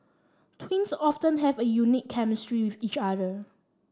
twins often have a unique chemistry with each other